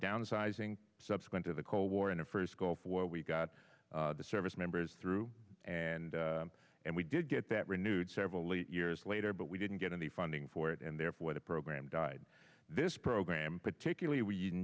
downsizing subsequent to the cold war in the first gulf war we got the service members through and and we did get that renewed several years later but we didn't get any funding for it and therefore the program died this program particularly w